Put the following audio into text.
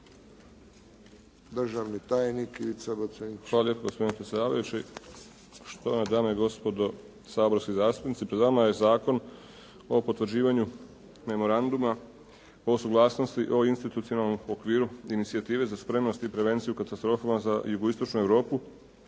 Ivica (HDZ)** Hvala lijepo gospodine predsjedavajući. Štovane dame i gospodo saborski zastupnici pred vama je Zakon o potvrđivanju Memoranduma o suglasnosti o institucionalnom okviru inicijative za spremnost i prevenciju u katastrofama za jugoistočnu Europu.